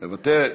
מוותרת,